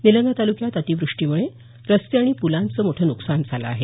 निलंगा तालुक्यात अतिवृष्टीमुळे रस्ते आणि पुलांच मोठं नुकसान झालं आहे